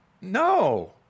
No